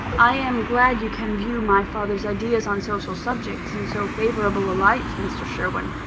i am glad you can view my father's ideas on social subjects in so favourable a light, mr. sherwin.